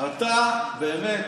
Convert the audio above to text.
אתה באמת